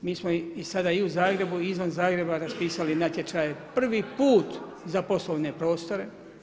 Mi smo sada i u Zagrebu i izvan Zagreba raspisali natječaj prvi put za poslovne prostore.